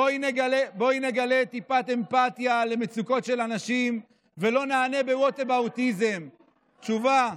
בואי נגלה טיפת אמפתיה למצוקות של אנשים ולא נענה בווטאבאוטיזם תשובה.